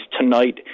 tonight